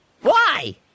Why